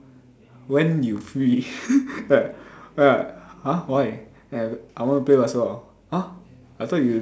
when you free !huh! why i want to play basketball !huh! i thought you